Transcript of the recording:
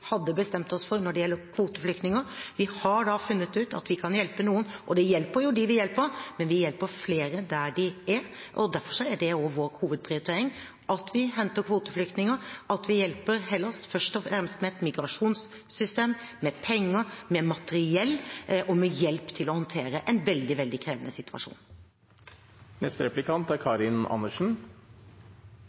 hadde bestemt oss for når det gjelder kvoteflyktninger. Vi har funnet ut at vi kan hjelpe noen, og det hjelper jo dem vi hjelper, men vi hjelper flere der de er, og derfor er vår hovedprioritering at vi henter kvoteflyktninger, at vi hjelper Hellas, først og fremst med et migrasjonssystem, med penger, med materiell og med hjelp til å håndtere en veldig krevende situasjon. Det er